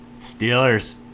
Steelers